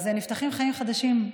נפתחים חיים חדשים,